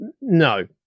No